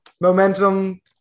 momentum